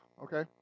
Okay